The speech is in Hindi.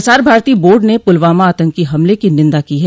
प्रसार भारती बोर्ड ने पुलवामा आतंकी हमले की निंदा की है